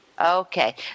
Okay